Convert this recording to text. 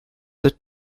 sit